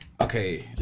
Okay